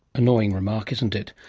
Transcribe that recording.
annoying remark, isn't it?